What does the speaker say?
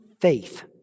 faith